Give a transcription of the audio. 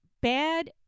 bad